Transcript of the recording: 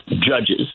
judges